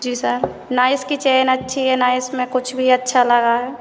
जी sir ना इसकी chain अच्छी है ना इसमें कुछ भी अच्छा लगा है